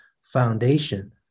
foundation